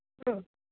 हं